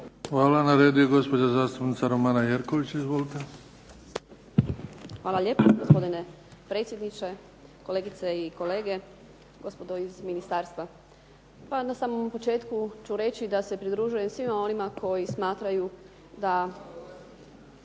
hvala. Na redu je gospođa zastupnica Romana Jerković. Izvolite. **Jerković, Romana (SDP)** Hvala lijepo. Gospodine predsjedniče, kolegice i kolege, gospodo iz ministarstva. Pa na samom početku ću reći da se pridružujem svima onima koji smatraju da